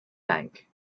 bank